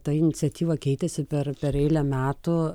ta iniciatyva keitėsi per per eilę metų